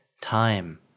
time